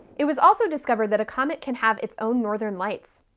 it was also discovered that a comet can have its own northern lights.